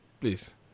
Please